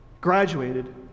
graduated